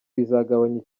bizagabanya